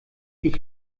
ich